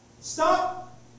Stop